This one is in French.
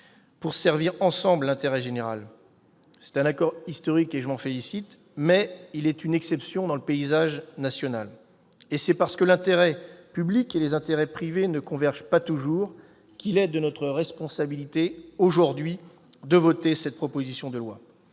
pour servir ensemble l'intérêt général. Cet accord est historique, et je m'en félicite, mais il est une exception dans le paysage national. Et c'est parce que l'intérêt public et les intérêts privés ne convergent pas toujours qu'il est de notre responsabilité aujourd'hui de voter cette proposition de loi